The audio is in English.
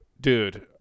Dude